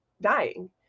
dying